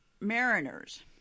Mariners